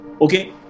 Okay